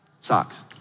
Socks